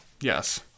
Yes